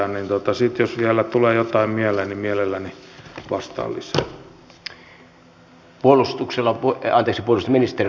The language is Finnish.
sitten jos vielä tulee jotain mieleen niin mielelläni vastaan lisää